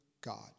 God